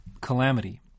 calamity